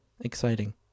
exciting